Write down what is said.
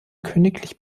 königlich